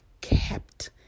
kept